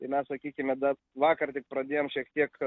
tai mes sakykime dar vakar tik pradėjom šiek tiek